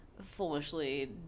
foolishly